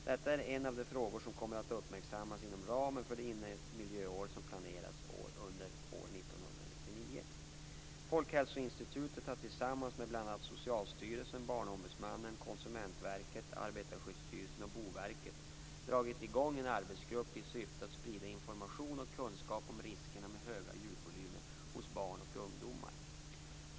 Detta är en av de frågor som kommer att uppmärksammas inom ramen för det innemiljöår som planeras under 1999. Folkhälsoinstitutet har tillsammans med bl.a. Socialstyrelsen, Barnombudsmannen, Konsumentverket, Arbetarskyddsstyrelsen och Boverket dragit i gång en arbetsgrupp i syfte att sprida information och kunskap om riskerna med höga ljudvolymer hos barn och ungdomar.